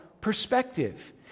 perspective